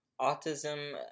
Autism